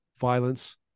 violence